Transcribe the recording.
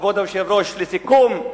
כבוד היושב-ראש, לסיכום,